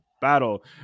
battle